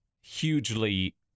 Hugely